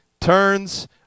turns